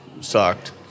sucked